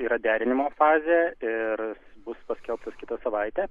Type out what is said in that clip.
yra derinimo fazė ir bus paskelbtas kitą savaitę